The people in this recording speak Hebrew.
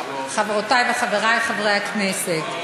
חברותי וחברי חברי הכנסת,